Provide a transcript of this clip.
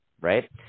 right